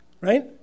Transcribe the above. Right